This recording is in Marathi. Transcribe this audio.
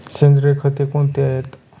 सेंद्रिय खते कोणती आहेत?